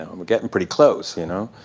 and we're getting pretty close, you know?